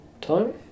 time